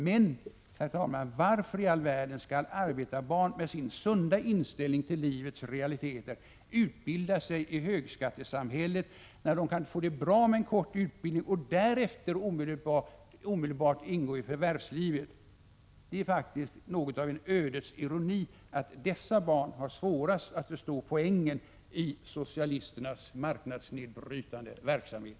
Men, herr talman, varför i all världen skall arbetarbarn med sin sunda inställning till livets realiteter utbilda sig i högskattesamhället, när de kan få det bra med en kort utbildning och därefter omedelbart ingå i förvärvslivet? Det är faktiskt något av en ödets ironi att dessa barn har svårast att förstå poängen i socialisternas marknadsnedbrytande verksamhet.